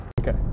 Okay